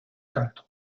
canto